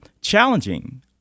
challenging